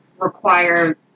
require